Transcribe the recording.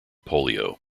polio